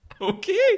Okay